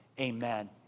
amen